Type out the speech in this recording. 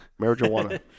Marijuana